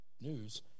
News